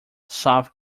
south